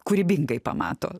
kūrybingai pamato